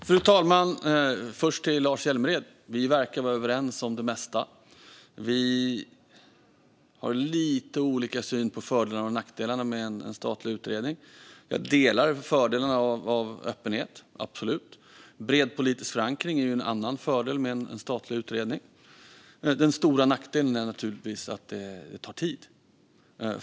Fru talman! Först till Lars Hjälmered: Vi verkar vara överens om det mesta. Vi har lite olika syn på fördelar och nackdelar med en statlig utredning. Öppenhet och bred politisk förankring är fördelar med en statlig utredning. Den stora nackdelen är att det tar tid.